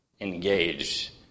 engage